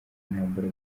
intambara